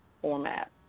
format